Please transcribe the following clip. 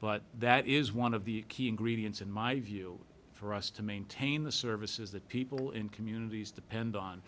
but that is one of the key ingredients in my view for us to maintain the services that people in communities depend on